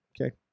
Okay